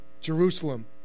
Jerusalem